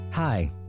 Hi